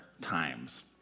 times